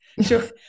Sure